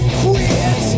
quit